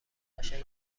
قشنگ